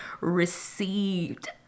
received